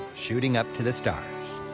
shooting up to the stars.